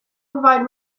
provide